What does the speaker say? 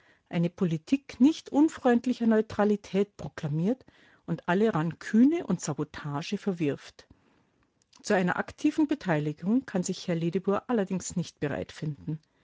eine politik nicht unfreundlicher neutralität proklamiert und alle ranküne und sabotage verwirft zu einer aktiven beteiligung kann sich herr ledebour allerdings nicht bereit finden